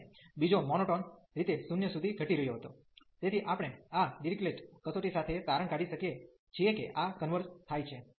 અને બીજો મોનોટોન રીતે 0 સુધી ઘટી રહ્યો હતો તેથી આપણે આ ડીરીક્લેટ કસોટી સાથે તારણ કાઢી શકીએ છીએ કે આ કન્વર્ઝ થાય છે